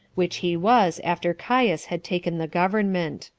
which he was after caius had taken the government.